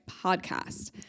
podcast